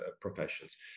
professions